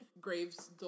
Graves